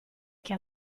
che